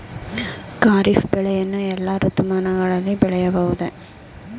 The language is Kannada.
ಖಾರಿಫ್ ಬೆಳೆಯನ್ನು ಎಲ್ಲಾ ಋತುಮಾನಗಳಲ್ಲಿ ಬೆಳೆಯಬಹುದೇ?